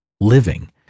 living